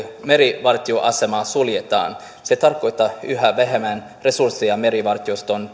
merivartioasemaa suljetaan se tarkoittaa yhä vähemmän resursseja merivartioston